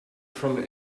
from